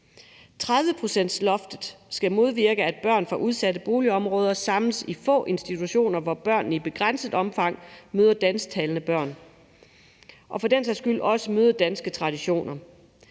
30-procentsloftet skal modvirke, at børn fra udsatte boligområder samles i få institutioner, hvor børnene i begrænset omfang møder dansktalende børn og for den sags skyld også danske traditioner.